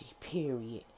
period